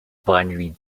binary